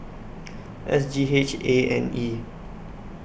S G H A and E